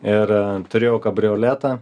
ir turėjau kabrioletą